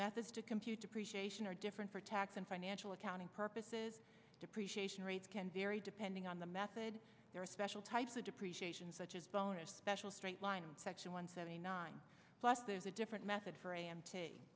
methods to compute depreciation are different for tax and financial accounting purposes depreciation rates can vary depending on the method there are special types of depreciation such as bonus special straightline section one seventy nine plus there's a different method for a m t